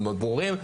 מאוד ברורים,